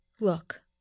Look